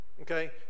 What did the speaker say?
Okay